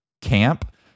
camp